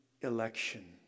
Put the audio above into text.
election